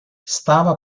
stava